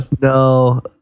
No